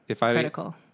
Critical